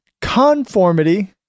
Conformity